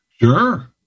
Sure